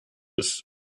ist